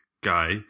guy